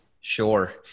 Sure